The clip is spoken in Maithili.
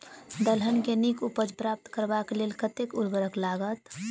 दलहन केँ नीक उपज प्राप्त करबाक लेल कतेक उर्वरक लागत?